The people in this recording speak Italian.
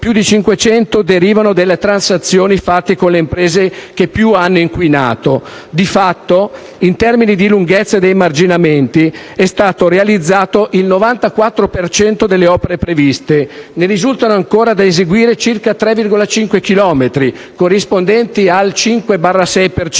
più di 500 derivano dalle transazioni fatte con le imprese che più hanno inquinato. Di fatto, in termini di lunghezza dei marginamenti, è stato realizzato il 94 per cento delle opere previste. Ne risultano ancora da eseguire circa 3,5 chilometri, corrispondenti al 5-6